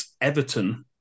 Everton